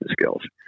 skills